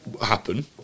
happen